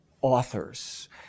authors